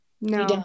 No